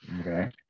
Okay